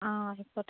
അ ആയിക്കോട്ടെ